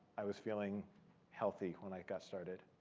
i was feeling healthy when i got started